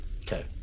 Okay